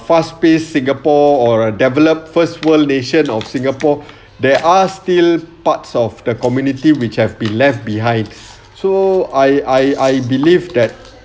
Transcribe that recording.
fast pace singapore or developed first world nation of singapore there are still parts of the community which have been left behind so I I I believe that